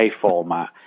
format